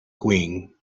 queen